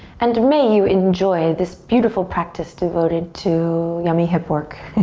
and may you enjoy this beautiful practice devoted to yummy hip work.